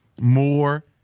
more